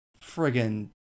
friggin